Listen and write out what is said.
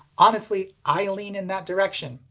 honestly, i lean in that direction,